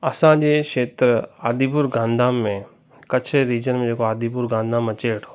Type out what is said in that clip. असांजे क्षेत्र आदिपुर गांधीधाम में कच्छ रिजन में जेको आदिपुर गांधीधाम अचे वेठो